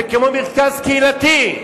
זה כמו מרכז קהילתי.